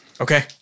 Okay